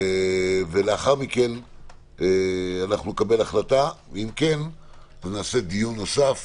לאחר מכן נקבל החלטה, ואם כן נקיים דיון נוסף